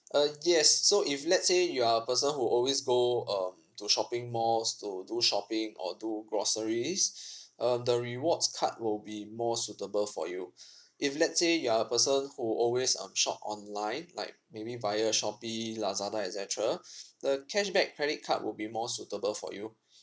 uh yes so if let's say you are a person who always go um to shopping malls to do shopping or do groceries um the rewards card will be more suitable for you if let's say you are a person who always um shop online like maybe via shopee lazada et cetera the cashback credit card would be more suitable for you